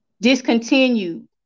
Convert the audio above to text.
discontinued